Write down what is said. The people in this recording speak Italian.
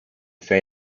sei